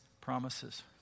promises